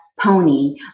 pony